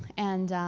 and